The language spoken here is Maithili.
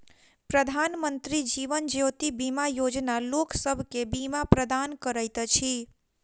प्रधानमंत्री जीवन ज्योति बीमा योजना लोकसभ के बीमा प्रदान करैत अछि